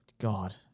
God